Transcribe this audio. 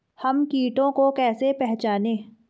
हम कीटों को कैसे पहचाने?